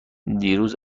دیروز